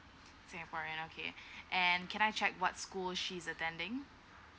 singaporean okay and can I check what school she's attending